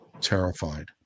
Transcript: terrified